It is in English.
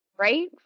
Right